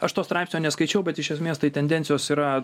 aš to straipsnio neskaičiau bet iš esmės tai tendencijos yra